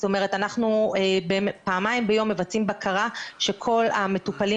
זאת אומרת אנחנו פעמיים ביום מבצעים בקרה שכל המטופלים